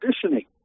conditioning